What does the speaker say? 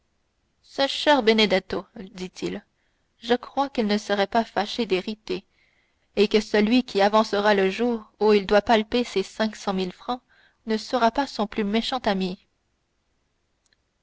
ce cher benedetto dit-il je crois qu'il ne serait pas fâché d'hériter et que celui qui avancera le jour où il doit palper ses cinq cent mille francs ne sera pas son plus méchant ami